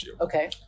Okay